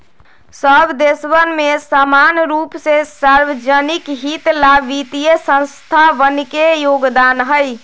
सब देशवन में समान रूप से सार्वज्निक हित ला वित्तीय संस्थावन के योगदान हई